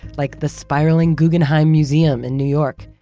like the spiraling guggenheim museum in new york,